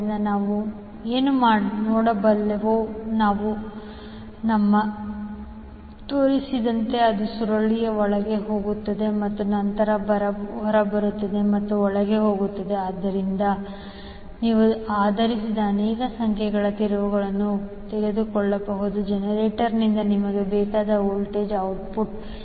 ಆದ್ದರಿಂದ ನಾವು ಏನು ನೋಡಬಲ್ಲೆವು ನಾವು ನಾವು ತೋರಿಸಿದಂತೆ ಅದು ಸುರುಳಿಯು ಒಳಗೆ ಹೋಗುತ್ತದೆ ಮತ್ತು ನಂತರ ಹೊರಬರುತ್ತದೆ ಮತ್ತು ಒಳಗೆ ಹೋಗುತ್ತದೆ ಮತ್ತು ಆದ್ದರಿಂದ ನೀವು ಆಧರಿಸಿ ಅನೇಕ ಸಂಖ್ಯೆಯ ತಿರುವುಗಳನ್ನು ತೆಗೆದುಕೊಳ್ಳಬಹುದು ಜನರೇಟರ್ನಿಂದ ನಿಮಗೆ ಬೇಕಾದ ವೋಲ್ಟೇಜ್ ಔಟ್ಪುಟ್